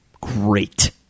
great